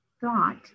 thought